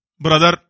brother